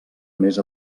més